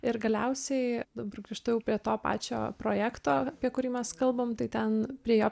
ir galiausiai dabar grįžtu jau prie to pačio projekto apie kurį mes kalbam tai ten prie jo